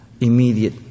immediate